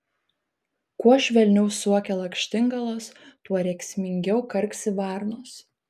kuo švelniau suokia lakštingalos tuo rėksmingiau karksi varnos